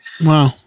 Wow